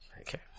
Okay